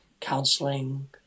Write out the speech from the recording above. counseling